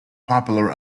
popular